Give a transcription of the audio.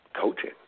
coaching